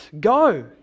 go